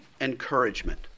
encouragement